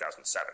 2007